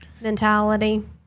mentality